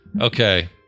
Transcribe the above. Okay